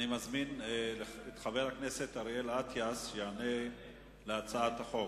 אני מזמין את חבר הכנסת אריאל אטיאס להשיב על הצעת החוק.